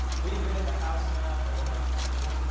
we've been in the house now for like two days.